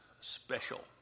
special